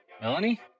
Melanie